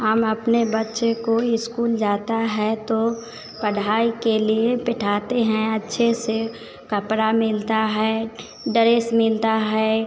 हम अपने बच्चे को स्कूल जाता है तो पढ़ाई के लिए बिठाते हैं अच्छे से कपड़ा मिलता है डरेस मिलता है